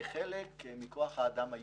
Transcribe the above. כחלק מכוח האדם הייעודי.